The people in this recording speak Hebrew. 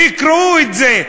תקראו את זה.